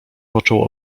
począł